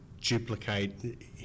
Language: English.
duplicate